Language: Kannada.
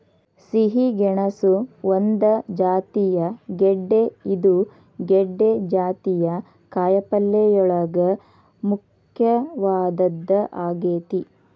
ಸಿಹಿ ಗೆಣಸು ಒಂದ ಜಾತಿಯ ಗೆಡ್ದೆ ಇದು ಗೆಡ್ದೆ ಜಾತಿಯ ಕಾಯಪಲ್ಲೆಯೋಳಗ ಮುಖ್ಯವಾದದ್ದ ಆಗೇತಿ